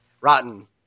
Rotten